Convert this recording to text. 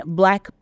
black